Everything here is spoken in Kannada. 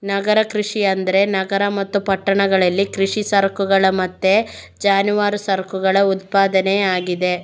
ನಗರ ಕೃಷಿ ಅಂದ್ರೆ ನಗರ ಮತ್ತು ಪಟ್ಟಣಗಳಲ್ಲಿ ಕೃಷಿ ಸರಕುಗಳ ಮತ್ತೆ ಜಾನುವಾರು ಸರಕುಗಳ ಉತ್ಪಾದನೆ ಆಗಿದೆ